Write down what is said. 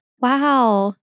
Wow